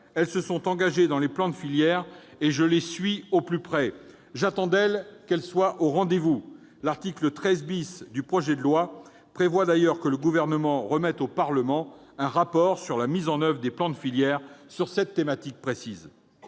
Elles se sont engagées dans les plans de filière, et je les suis au plus près. J'attends d'elles qu'elles soient au rendez-vous. L'article 13 du projet de loi prévoit d'ailleurs que le Gouvernement remette au Parlement un rapport relatif à la mise en oeuvre des plans de filière sur cette thématique précise.